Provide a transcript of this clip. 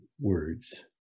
words